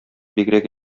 бигрәк